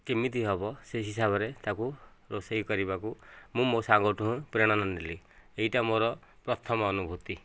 କେମିତି ହେବ ସେହି ହିସାବରେ ତାକୁ ରୋଷେଇ କରିବାକୁ ମୁଁ ମୋ ସାଙ୍ଗଠୁ ପ୍ରେରଣା ନେଲି ଏହିଟା ମୋର ପ୍ରଥମ ଅନୁଭୂତି